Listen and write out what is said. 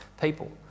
people